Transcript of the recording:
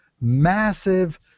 massive